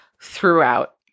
throughout